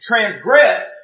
transgress